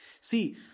See